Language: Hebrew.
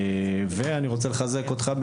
ואני רוצה לחזק אותך,